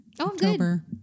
October